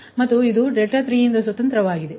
ಮತ್ತು ಇದು 3 ಯಿಂದ ಸ್ವತಂತ್ರವಾಗಿದೆ